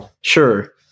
Sure